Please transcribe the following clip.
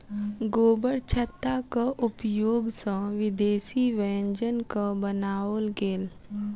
गोबरछत्ताक उपयोग सॅ विदेशी व्यंजनक बनाओल गेल